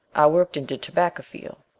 worked in de terbacar feel.